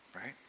Right